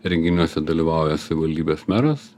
renginiuose dalyvauja savaldybės meras